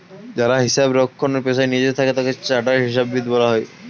যারা হিসাব রক্ষণের পেশায় নিয়োজিত থাকে তাদের চার্টার্ড হিসাববিদ বলা হয়